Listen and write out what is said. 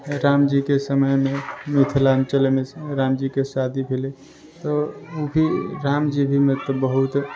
रामजीके समयमे मिथिलाञ्चल रामजीके शादी भेलै तऽ ओ भी रामजी भी मैथिल बहुत